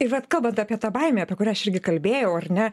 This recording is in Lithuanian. ir vat kalbant apie tą baimę apie kurią aš irgi kalbėjau ar ne